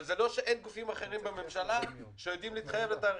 אבל זה לא שאין גופים אחרים בממשלה שיודעים להתחייב לתאריכים.